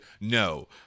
no